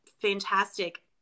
fantastic